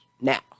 now